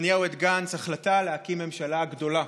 נתניהו את גנץ החלטה להקים ממשלה גדולה.